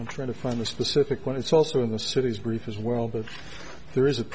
i'm trying to find a specific one it's also in the cities brief as world that there is a